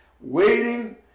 Waiting